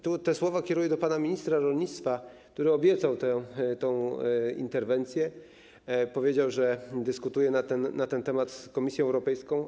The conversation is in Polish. Te słowa kieruję do pana ministra rolnictwa, który obiecał interwencję, powiedział, że dyskutuje na ten temat z Komisją Europejską.